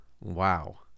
Wow